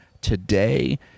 today